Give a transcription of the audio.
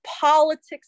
politics